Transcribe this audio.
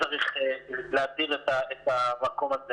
וצריך --- את המקום הזה.